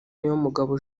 niyomugabo